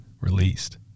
released